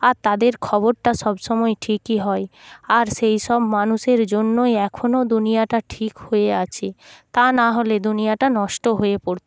আর তাদের খবরটা সব সময় ঠিকই হয় আর সেই সব মানুষের জন্যই এখনও দুনিয়াটা ঠিক হয়ে আছে তা না হলে দুনিয়াটা নষ্ট হয়ে পড়